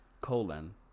colon